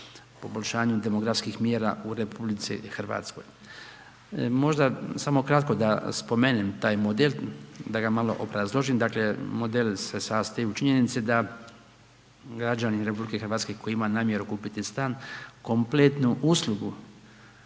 poboljšanju demografskih mjera u RH. Možda samo kratko da spomenem taj model, da ga malo obrazložim, dakle, model se sastoji u činjenici da građanin RH koji ima namjeru kupiti stan, kompletnu uslugu